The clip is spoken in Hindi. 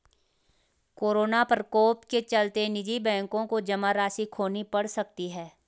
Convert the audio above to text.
कोरोना प्रकोप के चलते निजी बैंकों को जमा राशि खोनी पढ़ सकती है